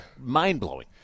mind-blowing